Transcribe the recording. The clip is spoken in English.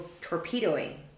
torpedoing